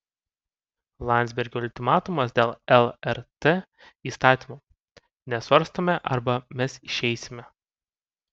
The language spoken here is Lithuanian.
landsbergio ultimatumas dėl lrt įstatymo nesvarstome arba mes išeisime